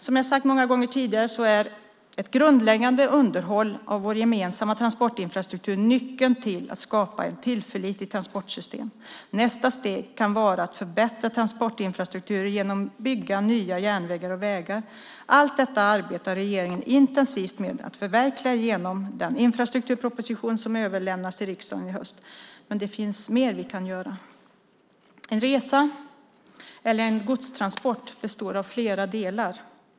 Som jag sagt många gånger tidigare så är ett grundläggande underhåll av vår gemensamma transportinfrastruktur nyckeln till att skapa ett tillförlitligt transportsystem. Nästa steg kan vara att förbättra transportinfrastrukturen genom att bygga nya järnvägar och vägar. Allt detta arbetar regeringen intensivt med att förverkliga genom den infrastrukturproposition som överlämnas till riksdagen i höst. Men det finns mer vi kan göra. En resa eller en godstransport består av flera delar.